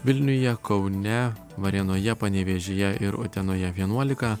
vilniuje kaune varėnoje panevėžyje ir utenoje vienuolika